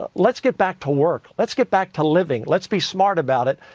but let's get back to work. let's get back to living. let's be smart about it.